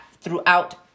throughout